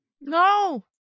No